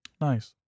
Nice